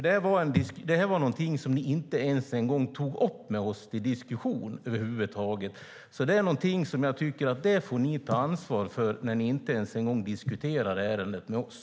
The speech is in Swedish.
Detta var någonting som ni inte ens tog upp med oss till diskussion över huvud taget. Det är någonting som jag tycker att ni får ta ansvar för, när ni inte ens en gång diskuterar ärendet med oss.